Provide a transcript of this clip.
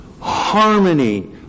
harmony